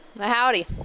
Howdy